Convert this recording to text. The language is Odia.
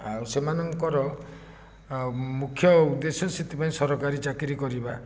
ଆଉ ସେମାନଙ୍କର ଆଉ ମୁଖ୍ୟ ଉଦ୍ଦେଶ୍ୟ ସେଥିପାଇଁ ସରକାରୀ ଚାକିରି କରିବା